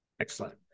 Excellent